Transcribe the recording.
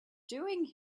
doing